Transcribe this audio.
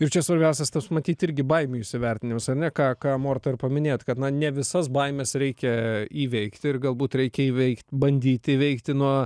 ir čia svarbiausias tas matyt irgi baimė įsivertinimas ane ką ką morta ir paminėjot kad na ne visas baimes reikia įveikti ir galbūt reikia įveik bandyti įveikti nuo